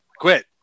quit